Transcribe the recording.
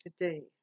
today